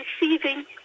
receiving